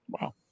Wow